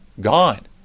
gone